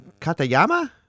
Katayama